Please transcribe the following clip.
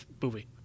movie